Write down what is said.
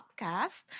podcast